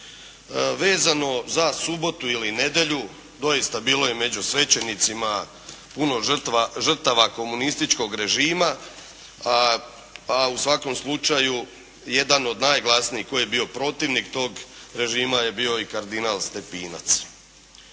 Vezano za subotu ili nedjelju, doista, bilo je među svećenicima puno žrtava komunističkog režima, a u svakom slučaju jedan od najglasnijih koji je bio protivnik tog režima je bio i kardinal Stepinac.